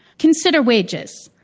consider wages.